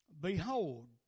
behold